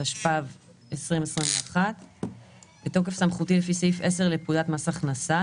התשפ"ב 2021. בתוקף סמכותי לפי סעיף 10 לפקודת מס הכנסה,